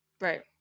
Right